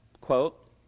quote